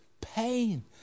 pain